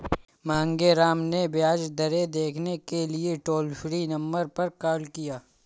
मांगेराम ने ब्याज दरें देखने के लिए टोल फ्री नंबर पर कॉल किया